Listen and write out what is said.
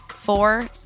Four